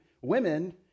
women